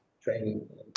training